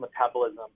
metabolism